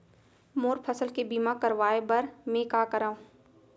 मोर फसल के बीमा करवाये बर में का करंव?